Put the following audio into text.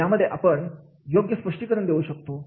यामध्ये आपण योग्य स्पष्टीकरण देऊ शकतो